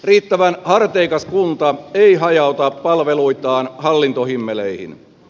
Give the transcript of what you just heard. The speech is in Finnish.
riittävän harteikas kunta ei hajauta palveluitaan hallintohimmeleihin